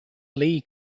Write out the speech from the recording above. lee